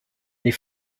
les